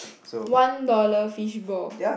one dollar fish ball